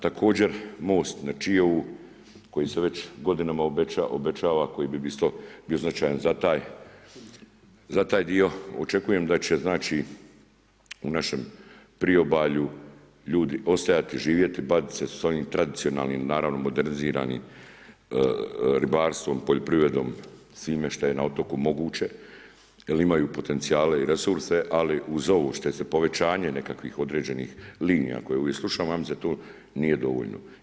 Također most na Čiovu koji se već godinama obećava, koji bi isto bio značajan za taj dio, očekujem da će znači u našem priobalju ljudi ostajati živjeti, bavit se ovim tradicionalnim, naravno moderniziranim ribarstvom, poljoprivredom, svime što je na otoku moguće, jer imaju potencijale i resurse, ali uz ovo što se povećanje nekakvih određenih linija koje ovdje slušamo, ja mislim da to nije dovoljno.